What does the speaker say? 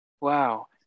Wow